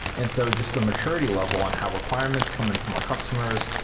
and so just the maturity level on how requirements come in from our customers,